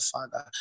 Father